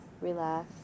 relax